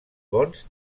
bons